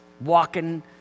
walking